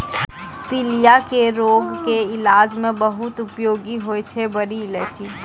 पीलिया के रोग के इलाज मॅ बहुत उपयोगी होय छै बड़ी इलायची